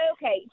Okay